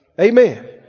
Amen